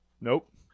Nope